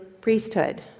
priesthood